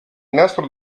nastro